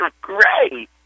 great